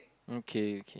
okay okay